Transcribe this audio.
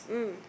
mm